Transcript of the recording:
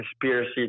conspiracy